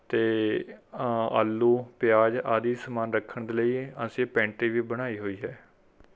ਅਤੇ ਆਲੂ ਪਿਆਜ਼ ਆਦਿ ਸਮਾਨ ਰੱਖਣ ਦੇ ਲਈ ਅਸੀਂ ਪੈਂਟਰੀ ਵੀ ਬਣਾਈ ਹੋਈ ਹੈ